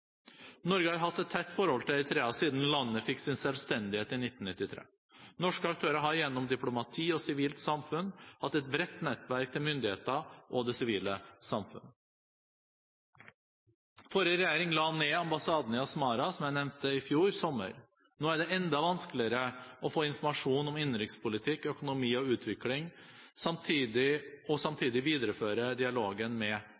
Norge har hatt et tett forhold til Eritrea siden landet fikk sin selvstendighet i 1993. Norske aktører har gjennom diplomati og sivilt samfunn hatt et bredt nettverk med myndigheter og det sivile samfunn. Forrige regjering la ned ambassaden i Asmara, som jeg nevnte, i fjor sommer. Nå er det enda vanskeligere å få informasjon om innenrikspolitikk, økonomi og utvikling, og samtidig å videreføre dialogen med